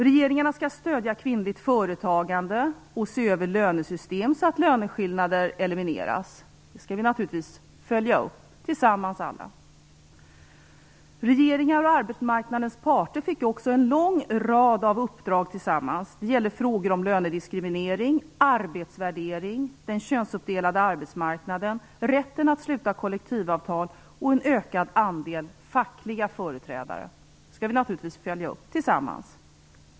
Regeringarna skall stödja kvinnligt företagande och se över lönesystem så att löneskillnader elimineras. Det skall vi naturligtvis alla tillsammans följa upp. Regeringar och arbetsmarknadens parter fick också en lång rad uppdrag tillsammans. Det gällde frågor om lönediskriminering, arbetsvärdering, den könsuppdelade arbetsmarknaden, rätten att sluta kollektivavtal och en ökad andel fackliga företrädare. Det skall vi naturligtvis följa upp, tillsammans.